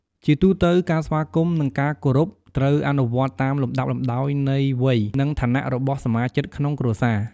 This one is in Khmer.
ជាទូទៅ ការស្វាគមន៍ និងការគោរព ត្រូវអនុវត្តតាមលំដាប់លំដោយនៃវ័យ និងឋានៈរបស់សមាជិកក្នុងគ្រួសារ។